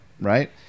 Right